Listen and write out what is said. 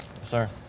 Sir